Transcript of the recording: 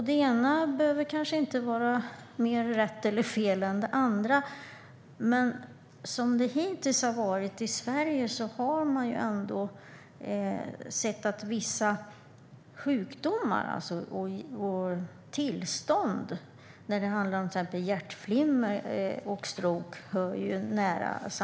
Det ena behöver kanske inte vara mer rätt eller fel än det andra, men som det hittills har varit i Sverige har man sett att vissa sjukdomar och tillstånd hör nära samman. Det handlar till exempel om hjärtflimmer och stroke.